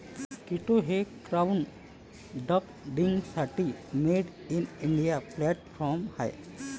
कीटो हे क्राउडफंडिंगसाठी made in India platform आहे